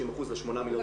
30% ל-8 מיליון תושבים.